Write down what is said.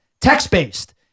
text-based